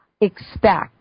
expect